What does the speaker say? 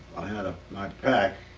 i had ah my pack.